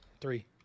Three